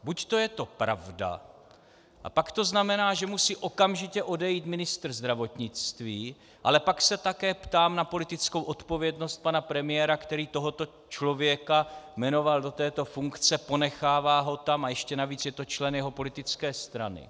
Buďto je to pravda, a pak to znamená, že musí okamžitě odejít ministr zdravotnictví, ale pak se také ptám na politickou odpovědnost pana premiéra, který tohoto člověka jmenoval do této funkce, ponechává ho tam a ještě navíc je to člen jeho politické strany.